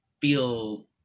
feel